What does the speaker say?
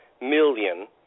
million